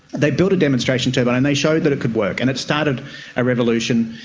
they built a demonstration turbine and they showed that it could work. and it started a revolution,